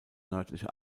nördliche